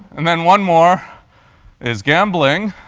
and then one more is gambling.